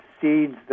seeds